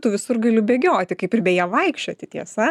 tu visur galiu bėgioti kaip ir beje vaikščioti tiesa